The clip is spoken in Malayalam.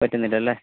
പറ്റുന്നില്ലല്ലേ